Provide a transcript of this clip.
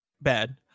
bad